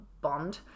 bond